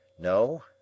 No